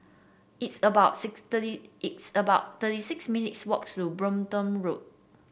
it's about six thirty it's about thirty six minutes' walk to Brompton Road